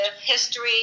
history